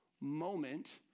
moment